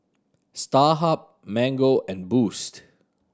Starhub Mango and Boost